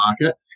market